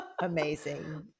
Amazing